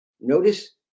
notice